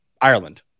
Ireland